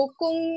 kung